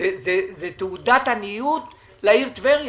וזאת תעודת עניות לעיר טבריה.